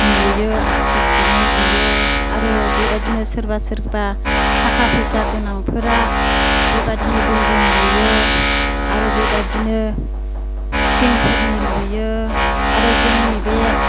लुयो R C C न' लुयो आरो बेबायदिनो सोरबा सोरबा थाखा फैसा गोनांफोरा बेबायदिनो बिल्दिं लुयो आरो बेबायदिनो थिंफोरनि लुयो आरो जोंनि बे